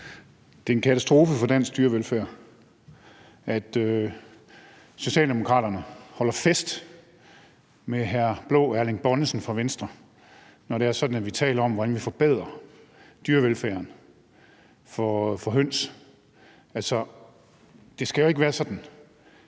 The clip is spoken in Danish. Det er en katastrofe for dansk dyrevelfærd, at Socialdemokraterne holder fest med hr. Blå Erling Bonnesen fra Venstre, når det er sådan, at vi taler om, hvordan vi forbedrer dyrevelfærden for høns. Altså, det skal jo ikke være sådan,